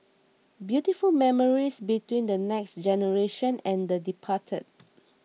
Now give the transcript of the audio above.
beautiful memories between the next generation and the departed